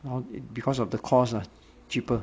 hor because of the cost lah cheaper